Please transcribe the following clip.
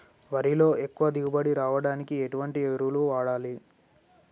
వరిలో ఎక్కువ దిగుబడి రావడానికి ఎటువంటి ఎరువులు వాడాలి?